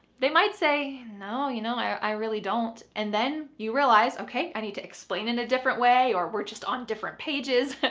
they might say, no, you know i really don't, and then you realize, okay, i need to explain it a different way or we're just on different pages.